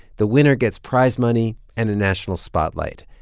the winner gets prize money and a national spotlight.